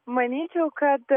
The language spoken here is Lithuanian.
manyčiau kad